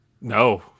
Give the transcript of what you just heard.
No